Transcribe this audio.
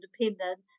independent